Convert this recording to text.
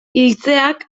hiltzeak